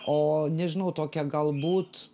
o nežinau tokia galbūt